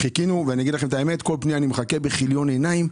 חיכינו ואני אומר לכם שכל פנייה אני מחכה בכיליון עיניים.